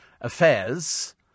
affairs